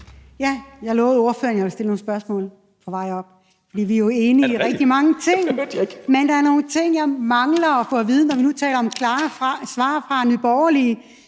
at jeg ville stille nogle spørgsmål. Vi er jo enige om rigtig mange ting, men der er nogle ting, jeg mangler at få at vide, når nu vi taler om klare svar fra Nye Borgerlige.